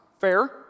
Fair